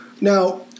now